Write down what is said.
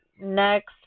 next